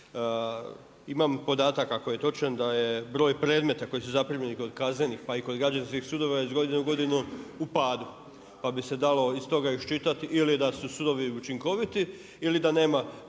Imam podatak ako je točan da je broj predmeta koji su zaprimljeni kod kaznenih pa i kod građanskih sudova je iz godine u godinu u padu. Pa bi se dalo iz toga iščitati ili da su sudovi učinkoviti ili da nema